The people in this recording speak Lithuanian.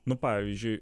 nu pavyzdžiui